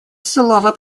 слово